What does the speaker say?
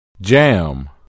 jam